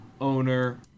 owner